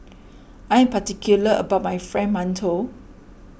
I am particular about my Fried Mantou